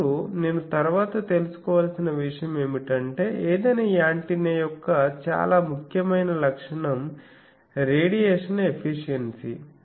ఇప్పుడు నేను తర్వాత తెలుసుకోవలసిన విషయం ఏమిటంటే ఏదైనా యాంటెన్నా యొక్క చాలా ముఖ్యమైన లక్షణం రేడియేషన్ ఎఫిషియన్సీ